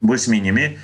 bus minimi